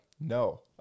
No